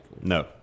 No